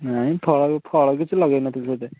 ନାଇଁ ଫ ଫଳ କିଛି ଲଗେଇନଥିଲି ବୋଧେ